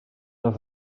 una